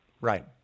Right